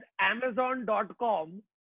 Amazon.com